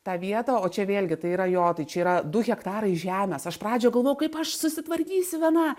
tą vietą o čia vėlgi tai yra jo tai čia yra du hektarai žemės aš pradžioj galvojau kaip aš susitvarkysiu viena